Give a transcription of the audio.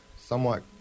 somewhat